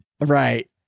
Right